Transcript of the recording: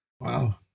Wow